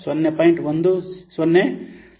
10 to the ಪವರ್2 1 by 1 plus 0